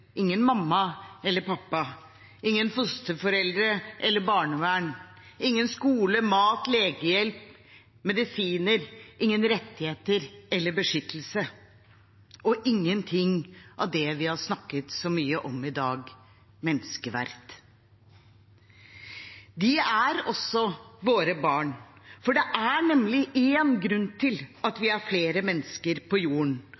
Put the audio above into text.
ingen mamma eller pappa, ingen fosterforeldre eller barnevern, ingen skole, mat, legehjelp, medisiner, ingen rettigheter eller beskyttelse, og ingenting av det vi har snakket så mye om i dag: menneskeverd. De er også våre barn, for det er nemlig én grunn til at vi er flere mennesker på jorden,